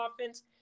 offense